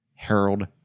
Harold